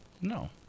No